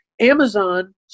Amazon